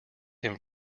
him